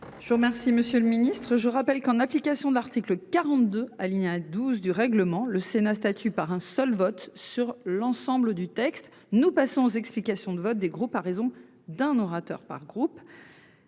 remercie Monsieur le Ministre, je rappelle qu'en application de l'article 42 alinéa à 12 du règlement, le Sénat statut par un seul vote sur l'ensemble du texte. Nous passons. Explications de vote, des groupes à raison d'un orateur par groupe.